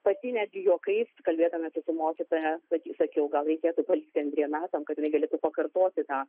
pati netgi juokais kalbėdamasi mokytoja sa sakiau gal reikėtų palikti antriem metam kad jinai galėtų pakartoti tą